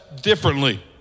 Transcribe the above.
differently